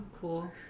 Cool